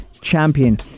champion